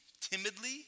timidly